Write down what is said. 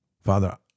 Father